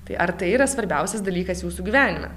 tai ar tai yra svarbiausias dalykas jūsų gyvenime